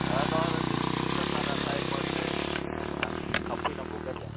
नङा नङा बिदिथ'जानाङाना टाइम मथे सहैनांगौना थाब फैनांगौ गारिया